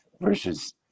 versus